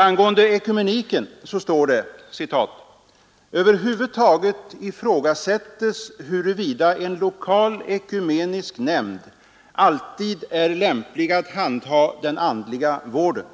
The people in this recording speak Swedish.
Angående ekumeniken står det: ”Man har anledning att över huvud taget ifrågasätta huruvida en lokal ekumenisk nämnd alltid är lämplig att handha den andliga vården.”